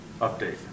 update